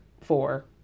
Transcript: four